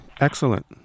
excellent